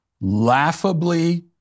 laughably